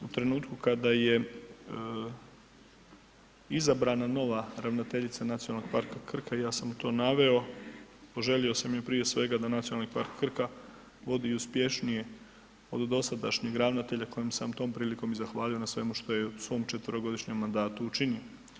U trenutku kada je izabrana nova ravnateljica Nacionalnog parka Krka, ja sam i to naveo, poželio sam joj prije svega da Nacionalni park Krka vodi uspješnije od dosadašnjeg ravnatelja kojem sam tom prilikom i zahvalio na svemu što je u svom četverogodišnjem mandatu i učinio.